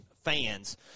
fans